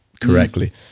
correctly